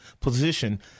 position